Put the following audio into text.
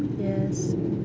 yes